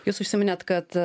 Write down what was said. jūs užsiminėt kad